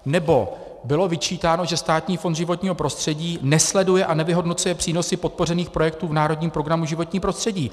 Nebo bylo vyčítáno, že Státní fond životního prostředí nesleduje a nevyhodnocuje přínosy podpořených projektů v národním projektu životní prostředí.